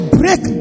break